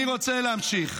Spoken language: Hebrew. אני רוצה להמשיך.